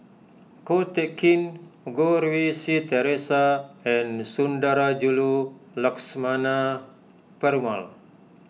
Ko Teck Kin Goh Rui Si theresa and Sundarajulu Lakshmana Perumal